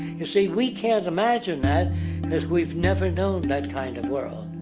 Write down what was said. you see, we can't imagine that because we've never known that kind of world.